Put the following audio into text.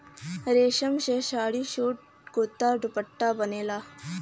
रेशम से साड़ी, सूट, कुरता, दुपट्टा बनला